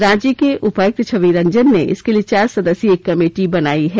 रांची के उपायुक्त छवि रंजन ने इसके लिए चार सदस्यीय एक कमेटी बनाई है